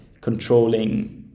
controlling